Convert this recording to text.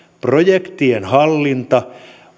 projektien hallinta